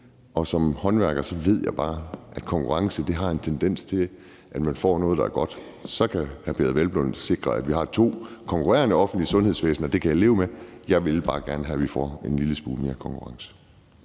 Og som håndværker ved jeg bare, at konkurrence har en tendens til at gøre, at man får noget, der er godt. Så kan hr. Peder Hvelplund sikre, at vi har to konkurrerende offentlige sundhedsvæsener. Det kan jeg leve med. Jeg vil bare gerne have, at vi får en lille smule mere konkurrence.